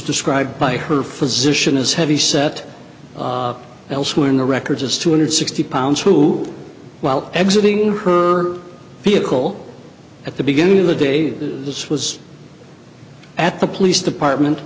described by her physician as heavy set elsewhere in the records as two hundred sixty pounds who while exiting her vehicle at the beginning of the day this was at the police department